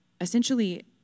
essentially